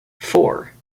four